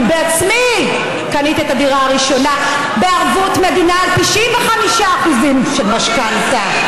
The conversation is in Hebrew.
אני בעצמי קניתי את הדירה הראשונה בערבות מדינה על 95% של משכנתה.